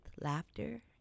laughter